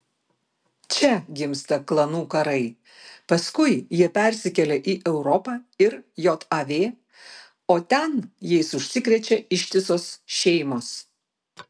čia gimsta klanų karai paskui jie persikelia į europą ir jav o ten jais užsikrečia ištisos šeimos